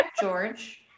george